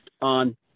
on